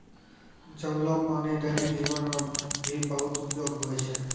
जमलो पानी दैनिक जीवन मे भी बहुत उपयोगि होय छै